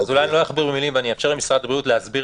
אני לא אכביר במילים ואאפשר למשרד הבריאות להסביר